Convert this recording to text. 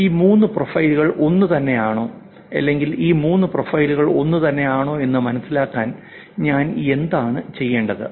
ഈ 3 പ്രൊഫൈലുകൾ ഒന്നുതന്നെയാണോ അല്ലെങ്കിൽ ഈ 3 പ്രൊഫൈലുകൾ ഒന്നുതന്നെയാണോ എന്ന് മനസ്സിലാക്കാൻ ഞാൻ എന്താണ് ചെയ്യേണ്ടത്